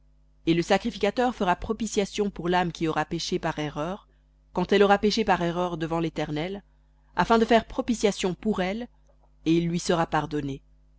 et le sacrificateur fera propitiation pour l'âme qui aura péché par erreur quand elle aura péché par erreur devant l'éternel afin de faire propitiation pour elle et il lui sera pardonné